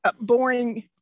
boring